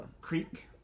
creek